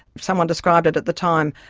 someone described it at the time,